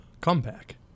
comeback